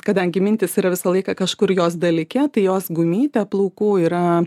kadangi mintis yra visą laiką kažkur jos dalyke tai jos gumytę plaukų yra